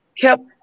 kept